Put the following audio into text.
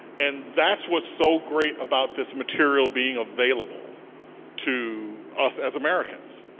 and that's what's so great about this material being available to us as americans.